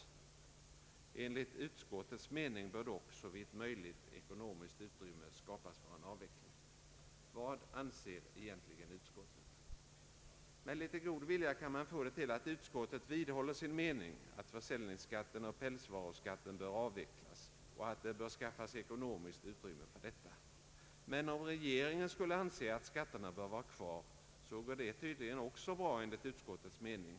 Enligt utskottets mening bör dock såvitt möjligt ekonomiskt utrymme skapas för en avveckling. Vad anser egentligen utskottet? Med litet god vilja kan man få det till att utskottet vidhåller sin mening att försäljningsskatten och pälsvaruskatten bör avvecklas och att det bör skaffas ekonomiskt utrymme för detta. Men om regeringen skulle anse att skatterna bör vara kvar, så går det tydligen också bra enligt utskottets mening.